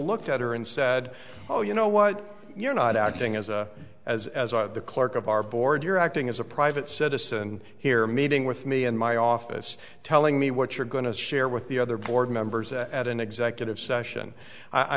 look at her and said oh you know what you're not acting as a as the clerk of our board you're acting as a private citizen here meeting with me in my office telling me what you're going to share with the other board members at an executive session i